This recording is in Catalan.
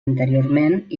interiorment